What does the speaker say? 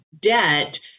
debt